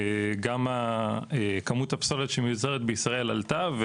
גם כמות הפסולת שמיוצרת בישראל עלתה.